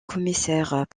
commissaires